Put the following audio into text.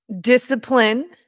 Discipline